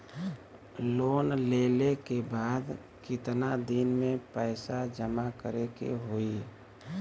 Loan लेले के बाद कितना दिन में पैसा जमा करे के होई?